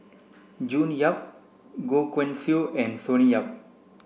June Yap Goh Guan Siew and Sonny Yap